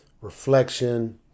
reflection